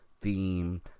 theme